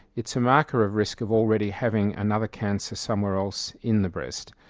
it's a marker of risk of already having another cancer somewhere else in the breast.